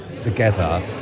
together